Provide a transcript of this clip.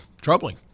troubling